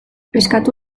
eskatu